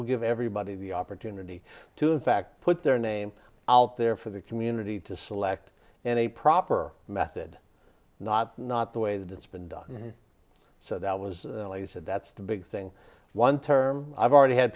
everybody the opportunity to in fact put their name out there for the community to select in a proper method not not the way that it's been done so that was only said that's the big thing one term i've already had